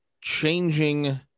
changing